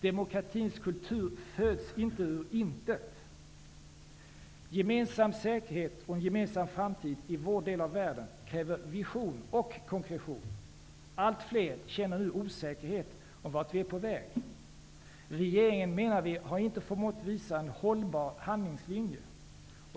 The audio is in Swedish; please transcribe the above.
Demokratins kultur föds inte ur intet. Gemensam säkerhet och en gemensam framtid i vår del av världen kräver vision och konkretion. Allt fler känner nu osäkerhet om vart vi är på väg. Vi menar att regeringen inte har förmått visa en hållbar handlingslinje.